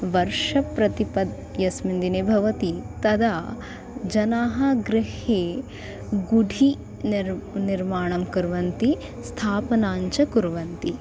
वर्षप्रतिपत्तिः यस्मिन् दिने भवति तदा जनाः गृहे गुढी निर्माणं निर्माणं कुर्वन्ति स्थापनं च कुर्वन्ति